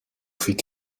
fut